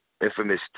Infamous